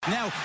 Now